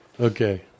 okay